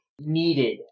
Needed